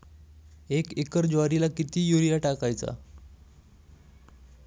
एक एकर ज्वारीला किती युरिया टाकायचा?